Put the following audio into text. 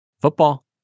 Football